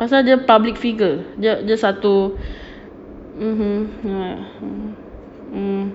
pasal dia public figure dia dia satu mmhmm ya mm mm